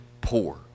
poor